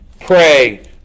Pray